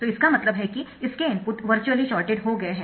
तो इसका मतलब है कि इसके इनपुट वर्चुअली शॉर्टेड हो गए है